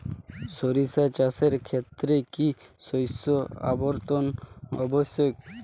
সরিষা চাষের ক্ষেত্রে কি শস্য আবর্তন আবশ্যক?